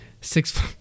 Six